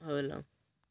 ହେଉ